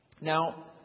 Now